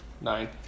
Nine